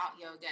yoga